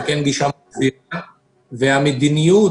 המדיניות,